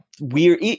weird